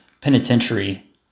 penitentiary